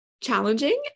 challenging